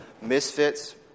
misfits